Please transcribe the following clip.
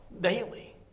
daily